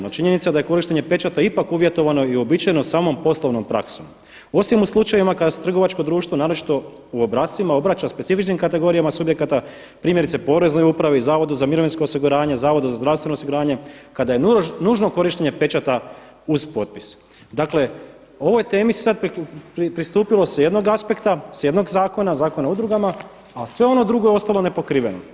No činjenica da je korištenje pečata ipak uvjetovano i uobičajeno samom poslovnom praksom osim u slučajevima kada se trgovačko društvo naročito u obrascima obraća specifičnim kategorijama subjekata primjerice Poreznoj upravi, Zavodu za mirovinsko osiguranje, Zavodu za zdravstveno osiguranje kada je nužno korištenje pečata uz potpis.“ Dakle, o ovoj temi se sad pristupilo sa jednog aspekta, jednog zakona, Zakona o udrugama, a sve ono drugo je ostalo nepokriveno.